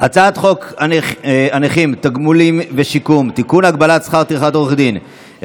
הצעת חוק הנכים (תגמולים ושיקום) (תיקון,